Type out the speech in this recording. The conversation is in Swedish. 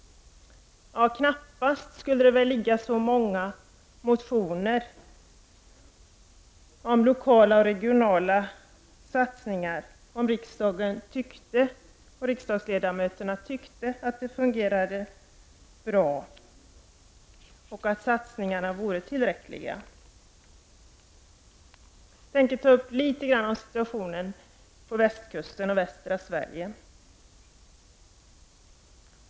Det skulle väl knappast ligga så många motioner om lokala och regionala satsningar, om riksdagsledamöterna tyckte att det fungerade bra och att satsningarna vore tillräckliga. Jag tänker ta upp litet grand om situationen på västkusten och i västra Sverige.